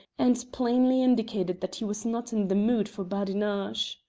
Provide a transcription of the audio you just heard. and plainly indicated that he was not in the mood for badinage.